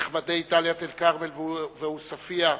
את נכבדי דאלית-אל-כרמל ועוספיא,